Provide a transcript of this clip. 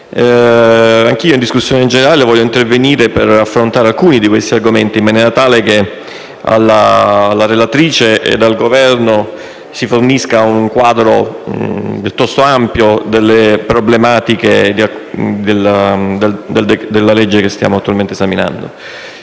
Anch'io, in discussione generale, voglio intervenire per affrontare alcuni di questi argomenti, in maniera tale che alla relatrice e al Governo si fornisca un quadro piuttosto ampio delle problematiche della legge che stiamo attualmente esaminando.